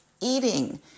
eating